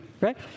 right